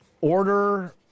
Order